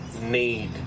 need